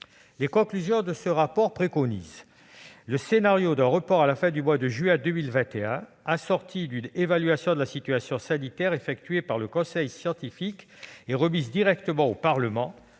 ses conclusions, indique ceci : le scénario d'un report à la fin du mois de juin 2021, assorti d'une évaluation de la situation sanitaire- effectuée par le conseil scientifique et remise directement au Parlement